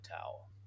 towel